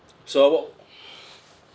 so wh~